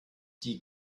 die